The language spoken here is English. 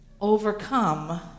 overcome